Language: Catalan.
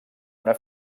una